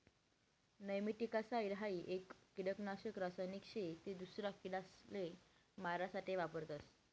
nematicide हाई एक किडानाशक रासायनिक शे ते दूसरा किडाले मारा साठे वापरतस